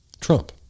Trump